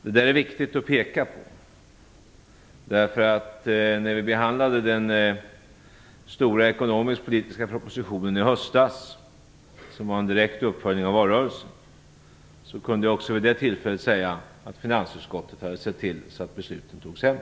Det är viktigt att peka på detta. När vi behandlade den stora ekonomiskpolitiska propositionen i höstas - den var en direkt uppföljning av valrörelsen - kunde jag också säga att finansutskottet hade sett till att besluten togs hem.